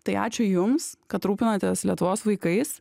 tai ačiū jums kad rūpinatės lietuvos vaikais